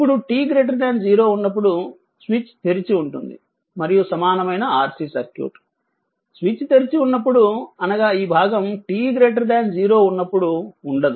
ఇప్పుడు t 0 ఉన్నప్పుడు switch తెరిచి ఉంటుంది మరియు సమానమైన RC సర్క్యూట్ స్విచ్ తెరిచి ఉన్నప్పుడు అనగా ఈ భాగం t 0 ఉన్నప్పుడు ఉండదు